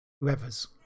whoever's